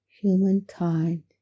humankind